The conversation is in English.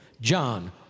John